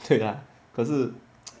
对啦可是